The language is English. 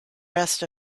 rest